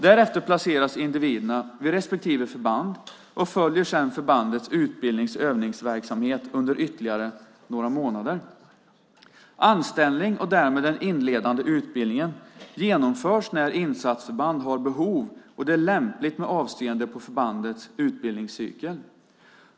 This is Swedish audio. Därefter placeras individerna vid respektive förband och följer sedan förbandets utbildnings och övningsverksamhet under ytterligare några månader. Anställning och därmed den inledande utbildningen genomförs när insatsförband har behov och det är lämpligt med avseende på förbandets utbildningscykel.